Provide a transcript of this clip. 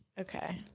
okay